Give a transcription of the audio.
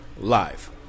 live